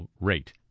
rate